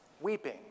weeping